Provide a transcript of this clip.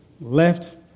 left